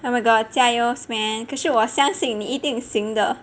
oh my god jiayous man 可是我相信你一定行的